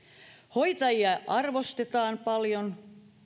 hoitajia arvostetaan paljon